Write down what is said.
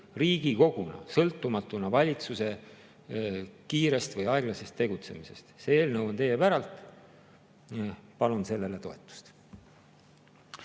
Riigikoguna, sõltumatuna valitsuse kiirest või aeglasest tegutsemisest. See eelnõu on teie päralt. Palun sellele toetust!